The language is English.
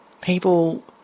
people